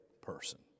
person